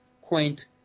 quaint